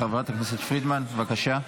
חברת הכנסת פרידמן, בבקשה.